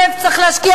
צריך להשקיע